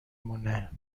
مونه